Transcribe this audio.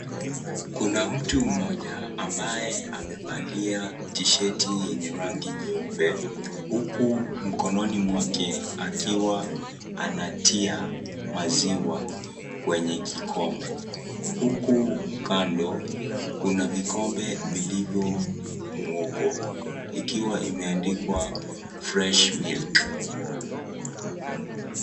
Kuna mtu mmoja ambaye amevalia tisheti yenye rangi nyeupe. Huku mkononi mwake akiwa anatia maziwa kwenye kikombe. Huku kando kuna vikombe vilivyo mwoko vikiwa vimeandikwa fresh milk.